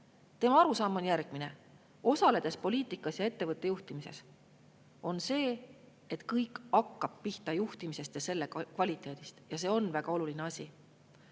Tema arusaam on järgmine: "[…] osaledes poliitikas ja ettevõtte juhtimises – on see, et kõik hakkab pihta juhtimisest ja selle kvaliteedist. See on väga oluline